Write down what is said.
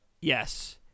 Yes